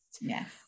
Yes